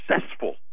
successful